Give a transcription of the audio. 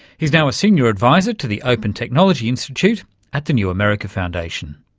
he's now a senior adviser to the open technology institute at the new america foundation.